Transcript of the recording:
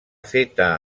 feta